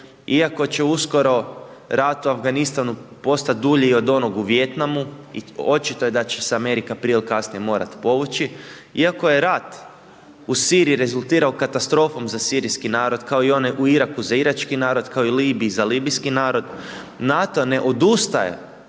iako će uskoro ratu u Afganistanu postati dulji od onoga u Vijetnamu i očito je da će se Amerika, prije ili kasnije morati povući. Iako je ratu u Siriji rezultirao katastrofom, za sirijski narod, kao onog u Iraku za irački narod, kao u Libiji za libijski narod, NATO ne odustane